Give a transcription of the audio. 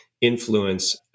influence